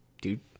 dude